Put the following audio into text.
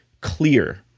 clear